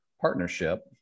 partnership